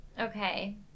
Okay